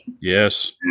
Yes